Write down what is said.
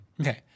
Okay